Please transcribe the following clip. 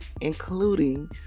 including